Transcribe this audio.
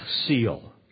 seal